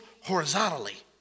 horizontally